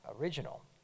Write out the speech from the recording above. original